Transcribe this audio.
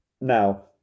Now